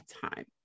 time